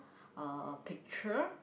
uh a picture